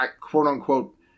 quote-unquote